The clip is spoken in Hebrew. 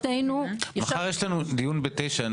מחר יש לנו דיון בתשע,